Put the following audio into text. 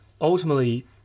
ultimately